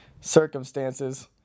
circumstances